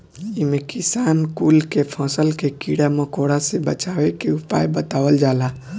इमे किसान कुल के फसल के कीड़ा मकोड़ा से बचावे के उपाय बतावल जाला